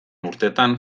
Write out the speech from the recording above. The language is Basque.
urtetan